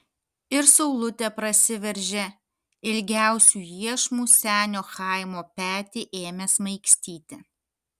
ir saulutė prasiveržė ilgiausiu iešmu senio chaimo petį ėmė smaigstyti